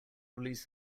release